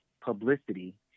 publicity